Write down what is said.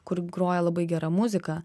kur groja labai gera muzika